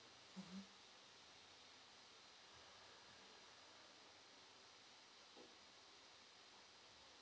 mmhmm